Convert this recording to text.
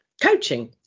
coaching